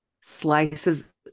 slices